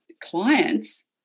clients